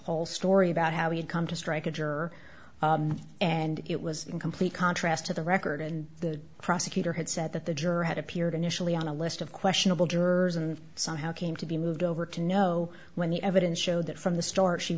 whole story about how he had come to strike a juror and it was in complete contrast to the record and the prosecutor had said that the juror had appeared initially on a list of questionable jurors and somehow came to be moved over to know when the evidence showed that from the start she